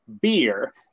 beer